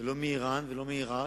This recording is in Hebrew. ולא מאירן, ולא מעירק,